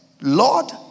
Lord